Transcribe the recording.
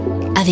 avec